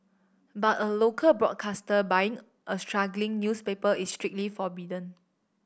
but a local broadcaster buying a struggling newspaper is strictly forbidden